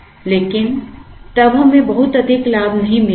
लेकिन तब हमें बहुत अधिक लाभ नहीं मिलेगा